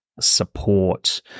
support